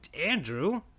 Andrew